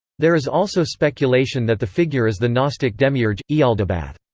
there is also speculation that the figure is the gnostic demiurge, ialdabaoth.